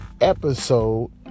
episode